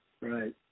Right